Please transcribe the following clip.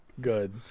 Good